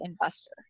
investor